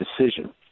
decision